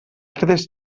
tres